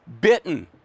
Bitten